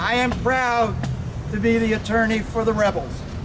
i am proud to be the attorney for the rebel